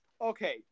Okay